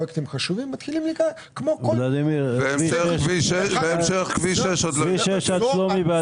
פרויקטים חשובים מתחילים כמו כל --- והמשך כביש 6 --- ולדימיר,